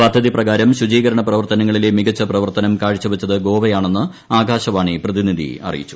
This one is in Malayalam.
പദ്ധതി പ്രകാരം ശുചീകരണ പ്രവർത്തനങ്ങളിലെ മികച്ച പ്രവർത്തനം കാഴ്ചവച്ചത് ഗോവയാണെന്ന് ആകാശവാണി പ്രതിനിധി അറിയിച്ചു